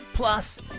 Plus